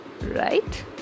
Right